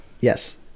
Yes